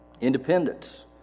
independence